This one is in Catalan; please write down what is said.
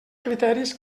criteris